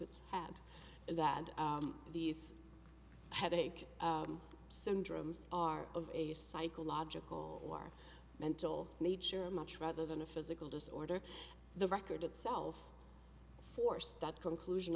is that these headache syndromes are of a psychological or mental nature much rather than a physical disorder the record itself force that conclusion